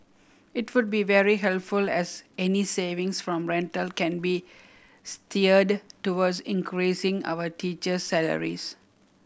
it would be very helpful as any savings from rental can be steered towards increasing our teacher salaries